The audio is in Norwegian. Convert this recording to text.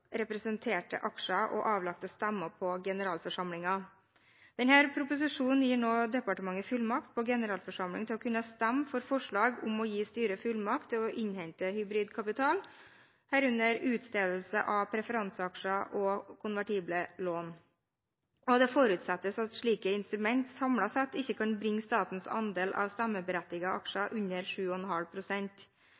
representerte aksjer og avlagte stemmer på generalforsamlingen. Denne proposisjonen gir nå departementet fullmakt på generalforsamlingen til å kunne stemme for forslag om å gi styret fullmakt til å innhente hybridkapital, herunder utstedelse av preferanseaksjer og konvertible lån. Det forutsettes at slike instrumenter samlet sett ikke kan bringe statens andel av stemmeberettigede aksjer